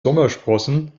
sommersprossen